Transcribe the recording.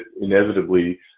inevitably –